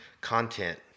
content